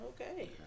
Okay